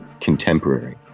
contemporary